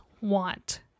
want